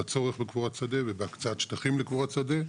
בצורך בקבורת שדה ובהקצאת את שטחים לקבורה שדה,